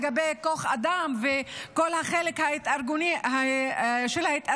לגבי כוח אדם וכל החלק של ההתארגנות,